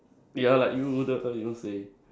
ya like you the the you don't say